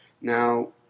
now